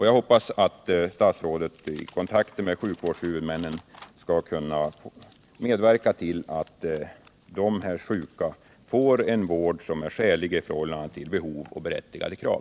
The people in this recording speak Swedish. Jag hoppas att statsrådet genom kontakt med sjukvårdshuvudmännen skall kunna medverka till att de reumatiskt sjuka får en vård som är skälig i förhållande till behov och berättigade krav.